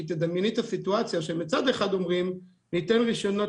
תדמייני את הסיטואציה שמצד אחד אומרים ניתן רישיונות